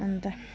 अन्त